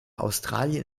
australien